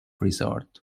resort